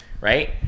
Right